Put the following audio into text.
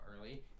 early